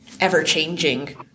ever-changing